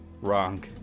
wrong